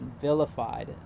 vilified